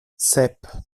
sep